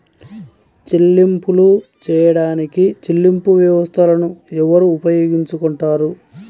చెల్లింపులు చేయడానికి చెల్లింపు వ్యవస్థలను ఎవరు ఉపయోగించుకొంటారు?